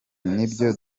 nibyo